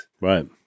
Right